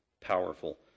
powerful